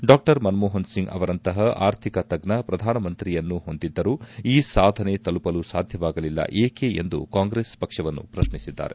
ಡಾ ಮನಮೋಹನ್ ಸಿಂಗ್ ಅವರಂತಹ ಅರ್ಥಿಕ ತಜ್ಞ ಶ್ರಧಾನಮಂತ್ರಿಯನ್ನು ಹೊಂದಿದ್ದರೂ ಈ ಸಾಧನೆ ತಲುಪಲು ಸಾಧ್ಯವಾಗಲಿಲ್ಲ ಏಕೆ ಎಂದು ಕಾಂಗ್ರೆಸ್ ಪಕ್ಷವನ್ನು ಪ್ರಶ್ನಿಸಿದ್ದಾರೆ